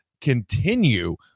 continue